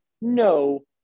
no